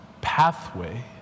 pathway